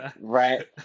right